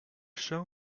shell